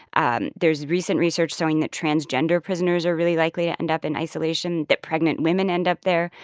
and there's recent research showing that transgender prisoners are really likely to end up in isolation, that pregnant women end up there.